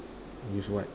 use what